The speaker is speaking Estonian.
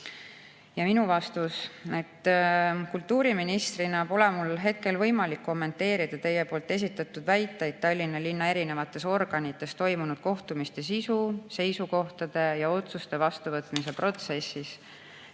Minu vastus: kultuuriministrina pole mul hetkel võimalik kommenteerida teie esitatud väiteid Tallinna linna erinevates organites toimunud kohtumiste sisu, seisukohtade ja otsuste vastuvõtmise protsessis,